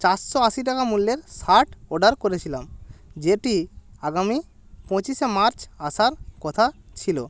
চারশো আশি টাকা মূল্যের শার্ট অর্ডার করেছিলাম যেটি আগামী পঁচিশে মার্চ আসার কথা ছিল